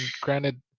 granted